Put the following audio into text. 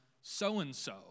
so-and-so